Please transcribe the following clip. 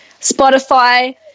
Spotify